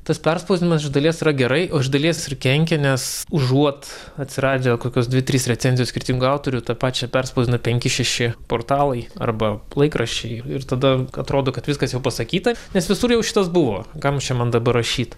tas perspaudimas iš dalies yra gerai o iš dalies ir kenkia nes užuot atsiradę kokios dvi trys recenzijos skirtingų autorių tą pačią perspausdina penki šeši portalai arba laikraščiai ir tada atrodo kad viskas jau pasakyta nes visur jau šitas buvo kam čia man dabar rašyt